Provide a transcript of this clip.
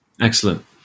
Excellent